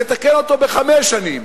נתקן אותו בחמש שנים.